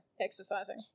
exercising